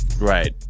right